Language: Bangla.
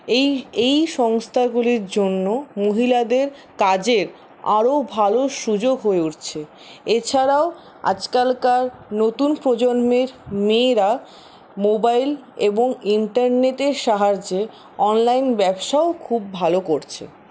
এই এই সংস্থাগুলির জন্য মহিলাদের কাজের আরও ভালো সুযোগ হয়ে উঠছে এছাড়াও আজকালকার নতুন প্রজন্মের মেয়েরা মোবাইল এবং ইন্টারনেটের সাহায্যে অনলাইন ব্যবসাও খুব ভালো করছে